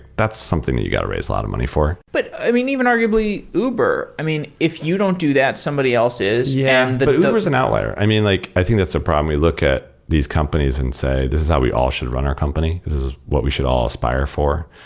that's something that you got to raise a lot of money for but i mean, even arguably uber. i mean if you don't do that, somebody else is. yeah, but uber is an outlier. i mean, like i think that's a problem we look at these companies and say, this is how we all should run our company. this is what we should all aspire for.